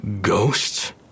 Ghosts